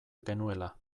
genuela